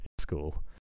school